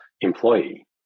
employee